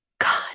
God